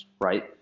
right